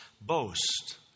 boast